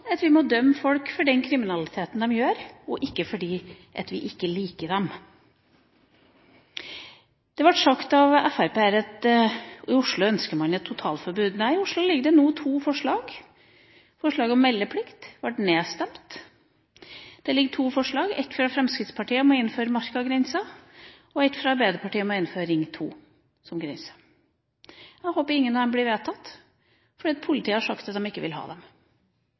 Men vi må dømme folk for den kriminaliteten de gjør, og ikke fordi vi ikke liker dem. Det ble sagt fra Fremskrittspartiet at i Oslo ønsker man et totalforbud. Nei, i Oslo ligger det nå to forslag. Forslaget om meldeplikt ble nedstemt. Det ligger to forslag – et fra Fremskrittspartiet om forbud innenfor markagrensa og et fra Arbeiderpartiet om forbud innenfor Ring 2. Jeg håper ingen av dem blir vedtatt, for politiet har sagt at de ikke vil ha dem.